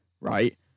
right